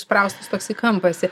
spraustas toks į kampą esi